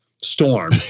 storm